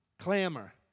Clamor